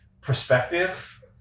perspective